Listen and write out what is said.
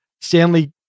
Stanley